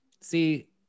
See